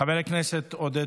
חבר הכנסת עודד